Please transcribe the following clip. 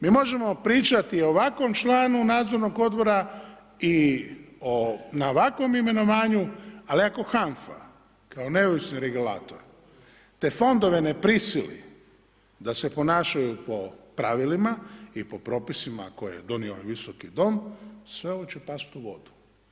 Mi možemo pričati o ovakvom članu nadzornog odbora i na ovakvom imenovanju, ali ako HANFA kao neovisni regulator te fondove ne prisili da se ponašaju po pravilima i po propisima koje je donio ovaj visoki dom, sve ovo će past u vodu.